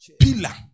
pillar